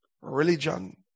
religion